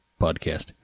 podcast